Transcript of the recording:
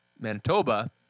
Manitoba